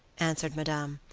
answered madame,